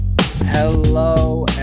Hello